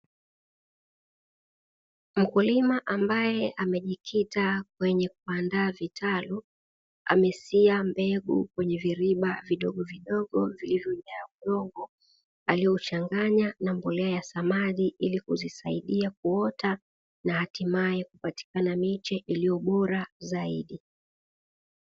Mkulima ambaye amejikita kwenye kuandaa vitalu amesia mbegu kwenye viriba vidogo vidogo vilivyojaa udongo aliouchanganya na mbolea ya samadi ili kuzisaidia kuota na hatimaye kupatikana miche iliyo bora zaidi.